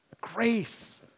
grace